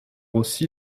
aussi